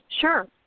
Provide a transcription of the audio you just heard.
Sure